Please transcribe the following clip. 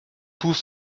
tous